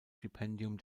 stipendium